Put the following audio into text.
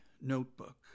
notebook